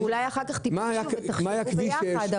מה היה עם כביש 6?